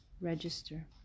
register